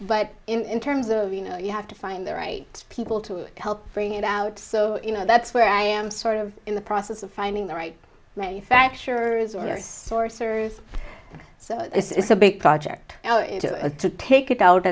but in terms of you know you have to find the right people to help bring it out so you know that's where i am sort of in the process of finding the right manufacturers owners sorceress so this is a big project to take it out